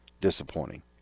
disappointing